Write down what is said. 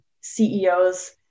CEOs